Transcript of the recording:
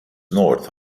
north